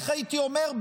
איך הייתי אומר,